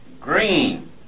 Green